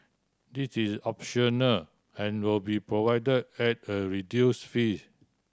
this is optional and will be provide at a reduce fee